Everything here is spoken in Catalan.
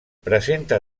presenta